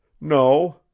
No